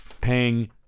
paying